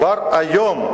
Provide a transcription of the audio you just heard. כבר היום,